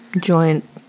joint